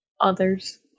others